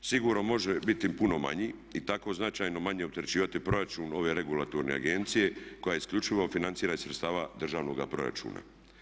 Sigurno može biti puno manja i tako značajno manje opterećivati proračun ove regulatorne agencije koja se isključivo financira iz sredstava državnoga proračuna.